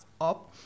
Up